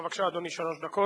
בבקשה, אדוני, שלוש דקות.